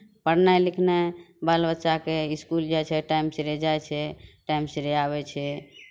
पढ़नाइ लिखनाइ बाल बच्चाके इसकुल जाइ छै टाइम सिरे जाइ छै टाइम सिरे आबै छै